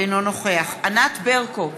אינו נוכח ענת ברקו,